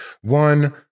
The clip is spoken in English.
one